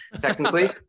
technically